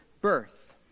birth